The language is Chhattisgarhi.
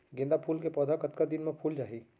गेंदा फूल के पौधा कतका दिन मा फुल जाही?